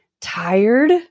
tired